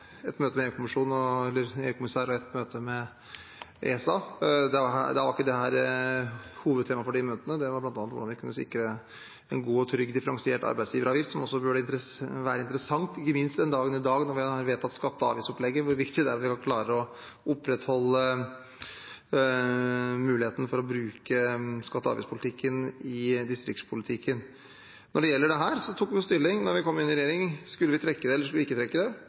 et møte med EU-kommissær og et møte med ESA. Da var ikke dette hovedtema for de møtene. Det var bl.a. hvordan vi kunne sikre en god og trygg differensiert arbeidsgiveravgift, som også burde være interessant – ikke minst i dag når vi vedtar skatte- og avgiftsopplegget – hvor viktig det er å klare å opprettholde muligheten for å bruke skatte- og avgiftspolitikken i distriktspolitikken. Når det gjelder dette, tok vi stilling da vi kom inn i regjering. Skulle vi trekke det, eller skulle vi ikke trekke det?